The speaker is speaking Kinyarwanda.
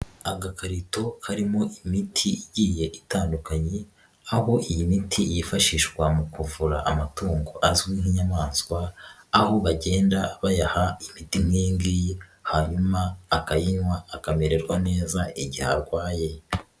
Agakarito karimo imiti igiye itandukanye, aho iyi miti yifashishwa mu kuvura amatungo azwi nk'inyamaswa, aho bagenda bayaha imiti nk'iyi ngiyi, hanyuma akayinywa akamererwa neza igihe arwaye.